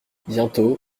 bientôt